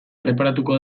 erreparatuko